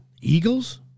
Eagles